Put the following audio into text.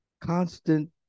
constant